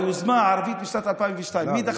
היוזמה הערבית משנת 2002. מי דחה אותה?